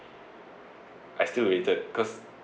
I still waited because